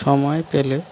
সময় পেলে